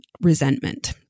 resentment